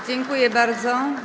Dziękuję bardzo.